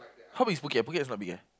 how big is Phuket Phuket is quite big eh